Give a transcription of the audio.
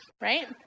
right